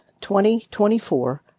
2024